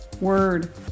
word